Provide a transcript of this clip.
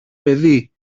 παιδί